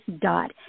dot